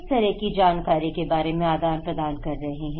किस तरह की जानकारी के बारे में आदान प्रदान कर रहे हैं